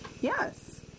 Yes